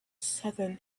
southern